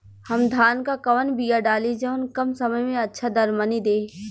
हम धान क कवन बिया डाली जवन कम समय में अच्छा दरमनी दे?